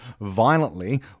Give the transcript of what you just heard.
violently